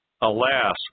Alas